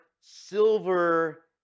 silver